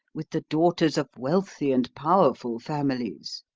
with the daughters of wealthy and powerful families.